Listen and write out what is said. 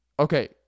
Okay